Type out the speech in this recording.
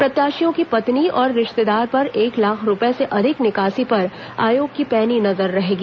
प्रत्याशियों की पत्नी और रिश्तेदार पर एक लाख रूपये से अधिक निकासी पर आयोग की पैनी नजर रहेगी